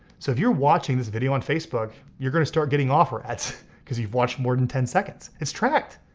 so if you're watching this video on facebook, you're gonna start getting offer ads cause you've watched more than ten seconds. it's tracked.